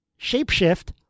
shapeshift